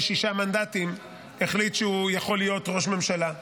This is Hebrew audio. שישה מנדטים החליט שהוא יכול להיות ראש ממשלה,